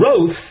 growth